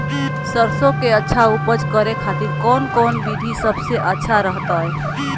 सरसों के अच्छा उपज करे खातिर कौन कौन विधि सबसे अच्छा रहतय?